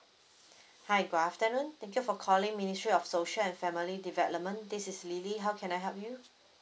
hi good afternoon thank you for calling ministry of social and family development this is lily how can I help you